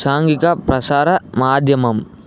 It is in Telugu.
సాంఘిక ప్రసార మాధ్యమం